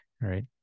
right